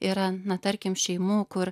yra na tarkim šeimų kur